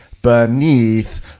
Beneath